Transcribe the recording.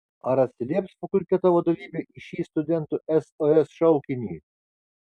ar atsilieps fakulteto vadovybė į šį studentų sos šaukinį